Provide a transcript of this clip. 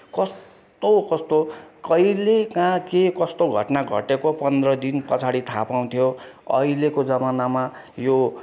कस्तो कस्तो कहिले कहाँ के कस्तो घटना घटेको पन्ध्र दिन पछाडि थाहा पाउँथ्यो अहिलेको जमानामा यो